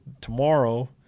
tomorrow –